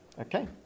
Okay